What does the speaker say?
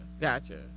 Gotcha